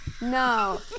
No